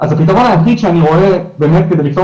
אז הפתרון היחיד שאני רואה באמת כדי לפתור